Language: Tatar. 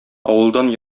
авылдан